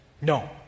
No